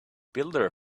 builder